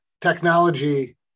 technology